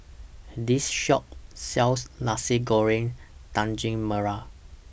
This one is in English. This Shop sells Nasi Goreng Daging Merah